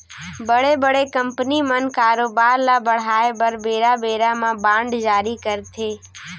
बड़े बड़े कंपनी मन कारोबार ल बढ़ाय बर बेरा बेरा म बांड जारी करथे